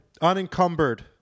Unencumbered